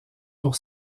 pour